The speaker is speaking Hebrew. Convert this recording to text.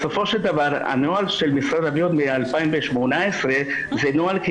בסופו של דבר הנוהל של משרד הבריאות מ-2018 זה נוהל,